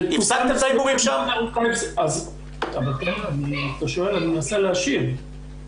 אני מנסה להשיב.